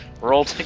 Roll